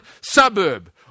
suburb